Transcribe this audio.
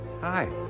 hi